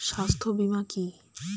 স্বাস্থ্য বীমা কি?